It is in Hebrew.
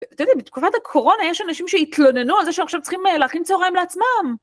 בתקופת הקורונה יש אנשים שהתלוננו על זה שהם עכשיו צריכים להכין צהריים לעצמם.